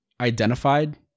identified